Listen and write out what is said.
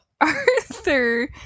Arthur